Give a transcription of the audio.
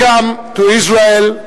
Welcome to Israel,